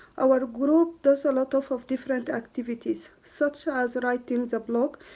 our group does a lot of different activities, such as writing the blog,